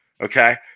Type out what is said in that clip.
okay